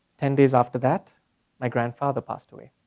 ten days after that my grandfather passed away.